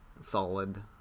solid